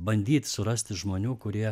bandyt surasti žmonių kurie